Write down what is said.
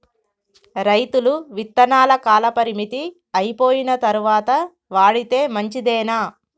రైతులు విత్తనాల కాలపరిమితి అయిపోయిన తరువాత వాడితే మంచిదేనా?